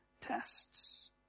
tests